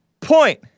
point